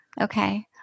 okay